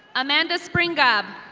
amanda springup.